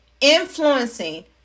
influencing